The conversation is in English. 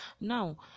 Now